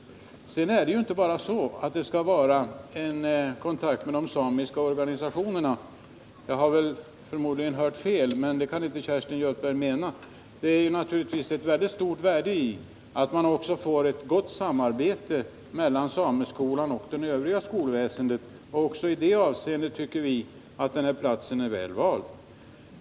I det sammanhanget vill jag säga att det inte bara är fråga om att ha kontakt med de samiska organisationerna — jag har förmodligen hört fel, för det kan välinte Kerstin Göthberg mena. Det är naturligtvis ett väldigt stort värde i att man också får ett gott samarbete mellan sameskolan och det övriga skolväsendet. Också i det avseendet tycker vi att Gällivare är en väl vald plats.